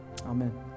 Amen